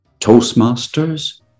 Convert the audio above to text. Toastmasters